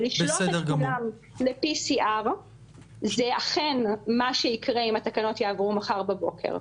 ולשלוח את כולם ל-PCR זה אכן מה שיקרה אם התקנות יעברו מחר בבוקר,